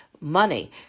money